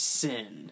sin